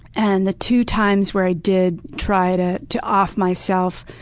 and the two times where i did try to to off myself,